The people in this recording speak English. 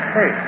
Hey